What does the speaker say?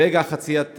ברגע חציית הכביש,